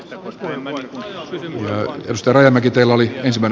rami hymyn ystävänä kiteellä oli esben